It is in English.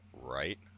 Right